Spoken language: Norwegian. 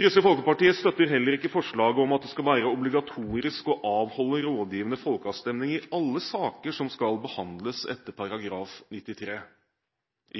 Kristelig Folkeparti støtter heller ikke forslaget om at det skal være obligatorisk å avholde rådgivende folkeavstemning i alle saker som skal behandles etter § 93